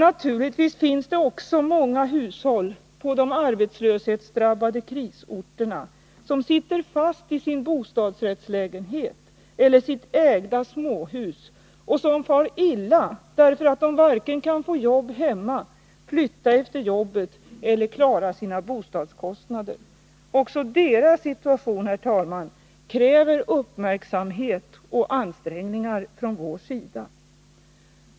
Naturligtvis finns det också många hushåll på de arbetslöshetsdrabbade krisorterna som sitter fast i sin bostadsrättslägenhet eller sitt ägda småhus och som far illa därför att de varken kan få jobb hemma, flytta efter jobbet eller klara sina bostadskostnader. Också deras situation kräver uppmärksamhet och ansträngningar från vår sida.